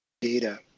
data